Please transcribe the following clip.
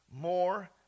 more